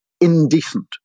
indecent